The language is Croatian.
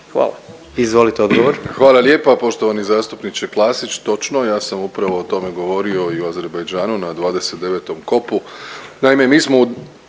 Andrej (HDZ)** Hvala lijepa poštovani zastupniče Klasić, točno, ja sam upravo o tome govorio i u Azerbajdžanu na 29. COP-u. Naime, mi smo